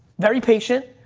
very patient,